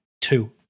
two